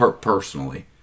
personally